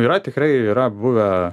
yra tikrai yra buvę